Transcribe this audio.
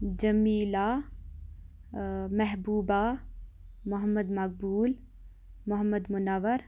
Jamila Mehbooba Mohammad Maqbool Mohammad Munawar